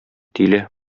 тиле